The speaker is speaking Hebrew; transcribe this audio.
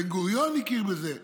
בן-גוריון הכיר בזה,